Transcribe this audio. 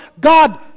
God